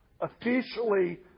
officially